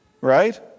right